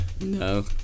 no